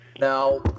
Now